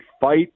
fight